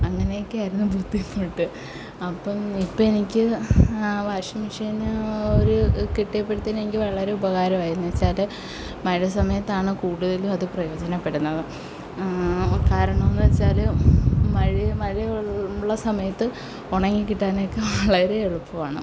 അങ്ങനെക്കെ ആയിരുന്നു ബുദ്ധിമുട്ട് അപ്പം ഇപ്പോൾ എനിക്ക് ആ വാഷിംഗ് മെഷീന് ഒരു കിട്ടിയപ്പോഴത്തേന് എനിക്ക് വളരെ ഉപകാരം ആയി എന്ന് വെച്ചാൽ മഴ സമയത്താണ് കൂടുതലും അത് പ്രയോജനപ്പെടുന്നത് കാരണോന്ന് വെച്ചാൽ മഴ മഴ ഉള്ള സമയത്ത് ഉണങ്ങി കിട്ടാനൊക്കെ വളരെ എളുപ്പമാണ്